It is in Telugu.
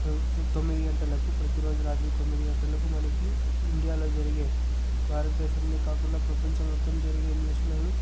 తొమ్మిది గంటలకు ప్రతి రోజు రాత్రి తొమ్మిది గంటలకు మనకి ఇండియాలో జరిగే భారతదేశంలో కాకుండా ప్రపంచం మొత్తం జరిగే న్యూస్లను